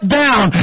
down